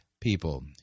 People